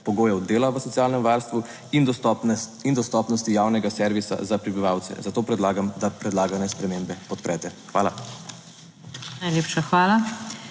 pogojev dela v socialnem varstvu in dostopnosti javnega servisa za prebivalce. Zato predlagam, da predlagane spremembe podprete. Hvala.